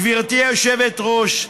גברתי היושבת-ראש,